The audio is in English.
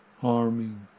harming